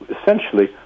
essentially